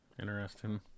Interesting